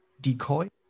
decoy